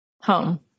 home